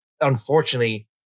unfortunately